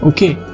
Okay